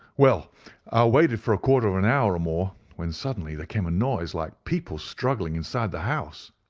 well, i waited for a quarter of an hour, or more, when suddenly there came a noise like people struggling inside the house.